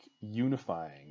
unifying